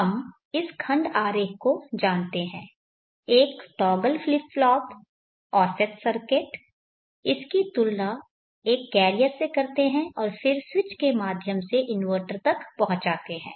हम इस खंड आरेख को जानते हैं एक टॉगल फ्लिप फ्लॉप औसत सर्किट इसकी तुलना एक कैरियर से करते हैं और फिर स्विच के माध्यम से इन्वर्टर तक पहुंचाते हैं